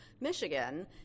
Michigan